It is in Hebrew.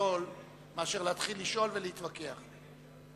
בזול מאשר לשאול ולהתווכח.